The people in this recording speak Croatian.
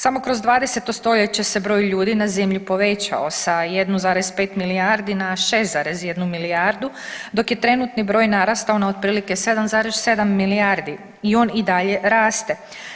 Samo kroz 20. stoljeće se broj ljudi na zemlji povećao sa 1,5 milijardi na 6,1 milijardu dok je trenutni broj narastao na otprilike 7,7 milijardi i on i dalje raste.